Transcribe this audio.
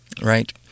Right